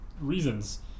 reasons